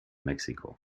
mexiko